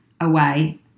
away